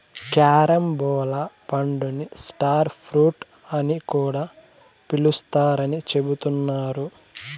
carambola పండుని star fruit అని కూడా పిలుత్తారని చెబుతున్నారు